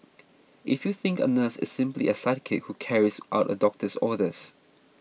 if you think a nurse is simply a sidekick who carries out a doctor's orders